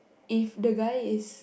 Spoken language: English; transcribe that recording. if the guy is